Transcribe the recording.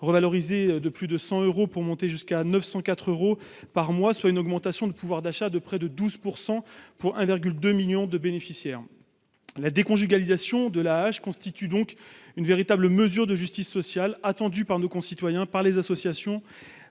revalorisée de plus de 100 euros, pour monter jusqu'à 904 euros par mois, soit une augmentation de pouvoir d'achat de près de 12 % pour 1,2 million de bénéficiaires. La déconjugalisation de l'AAH constitue donc une véritable mesure de justice sociale, attendue par nos concitoyens en situation